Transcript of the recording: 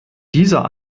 dieser